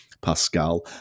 Pascal